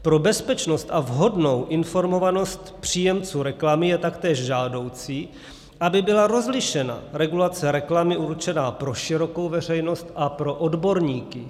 Pro bezpečnost a vhodnou informovanost příjemců reklamy je taktéž žádoucí, aby byla rozlišena regulace reklamy určená pro širokou veřejnost a pro odborníky.